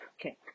Okay